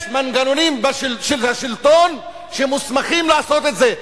יש מנגנונים של השלטון שמוסמכים לעשות את זה.